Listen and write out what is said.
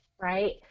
right